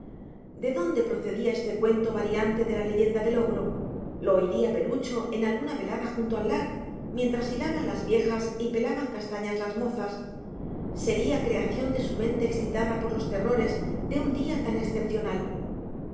de dónde procedía este cuento variante de la leyenda del ogro lo oiría perucho en alguna velada junto al lar mientras hilaban las viejas y pelaban castañas las mozas sería creación de su mente excitada por los terrores de un día tan excepcional